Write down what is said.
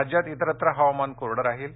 राज्यात इतरत्र हवामान कोरडं राहील